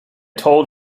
told